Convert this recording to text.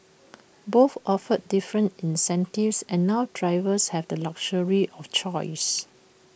both offer different incentives and now drivers have the luxury of choice